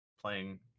playing